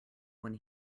when